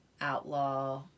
outlaw